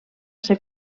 ser